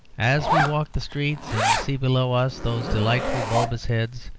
as we walk the streets and see below us those delightful bulbous heads,